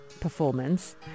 performance